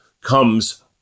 comes